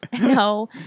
No